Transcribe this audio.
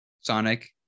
sonic